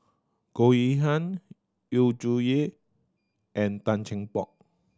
Goh Yihan Yu Zhuye and Tan Cheng Bock